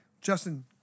Justin